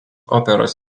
operos